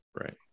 Right